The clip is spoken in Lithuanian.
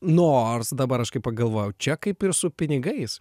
nors dabar kažkaip pagalvojau čia kaip ir su pinigais